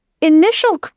initial